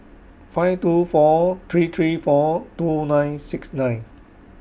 five two four three three four two nine six nine